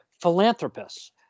philanthropists